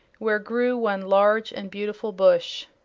where grew one large and beautiful bush.